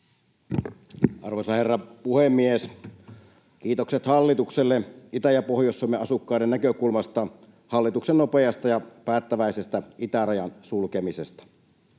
Arvoisa herra puhemies! Kiitokset hallitukselle Itä- ja Pohjois-Suomen asukkaiden näkökulmasta hallituksen nopeasta ja päättäväisestä itärajan sulkemisesta. Kiitokset